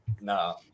no